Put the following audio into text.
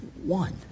One